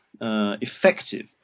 effective